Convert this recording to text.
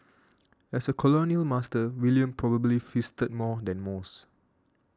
as a colonial master William probably feasted more than most